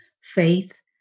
Faith